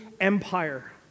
Empire